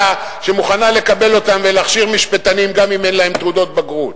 שמוכנה לקבל אותם ולהכשיר משפטנים גם אם אין להם תעודות בגרות.